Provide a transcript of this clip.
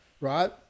right